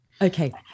okay